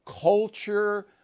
culture